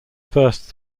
first